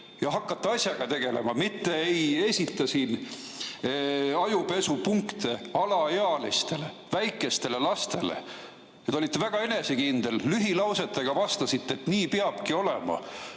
ja hakkate asjaga tegelema, mitte ei esita siin ajupesupunkte alaealistele, väikestele lastele? Te olite väga enesekindel, lühilausetega vastasite, et nii peabki olema.